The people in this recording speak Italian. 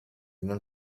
non